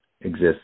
Exists